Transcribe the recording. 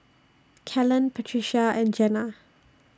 Kellen Patricia and Jena